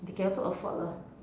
they can also afford lah